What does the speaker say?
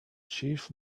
chief